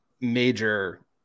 major